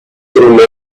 through